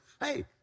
hey